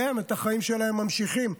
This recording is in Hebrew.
כי הם את החיים שלהם ממשיכים,